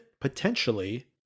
potentially